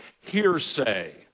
hearsay